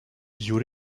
you